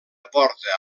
porta